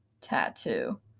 tattoo